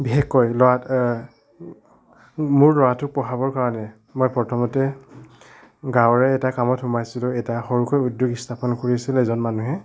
বিশেষকৈ ল'ৰা মোৰ ল'ৰাটোক পঢ়াবৰ কাৰণে মই প্ৰথমতে গাঁৱৰে এটা কামত সোমাইছিলোঁ এটা সৰুকৈ উদ্যাগ স্থাপন কৰিছিলে এজন মানুহে